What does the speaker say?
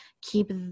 keep